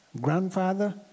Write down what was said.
grandfather